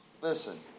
Listen